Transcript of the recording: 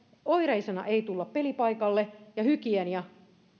oireisena ei tulla pelipaikalle ja hygieniaa